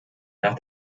nach